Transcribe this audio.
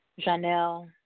Janelle